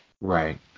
Right